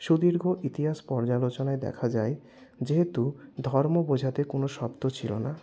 সুদীর্ঘ ইতিহাস পর্যালোচনায় দেখা যায় যেহেতু ধর্ম বোঝাতে কোনো শব্দ ছিল না